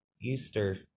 Easter